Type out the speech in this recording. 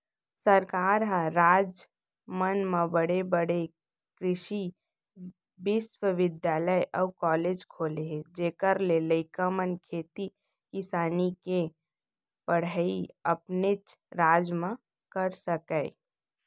सरकार ह राज मन म बड़े बड़े कृसि बिस्वबिद्यालय अउ कॉलेज खोले हे जेखर ले लइका मन खेती किसानी के पड़हई अपनेच राज म कर सकय